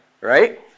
Right